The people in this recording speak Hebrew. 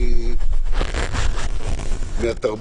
האם ישבתם לאחרונה עם אנשים ממשרד הבריאות,